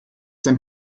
sein